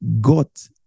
got